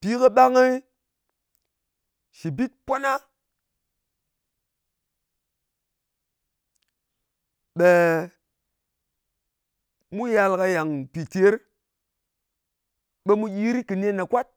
Pi kɨ ɓangɨ, shɨ bit pwana, ɓe mu yal ka yàng pìter, ɓe mu gyi rit kɨ nen ɗa kwat.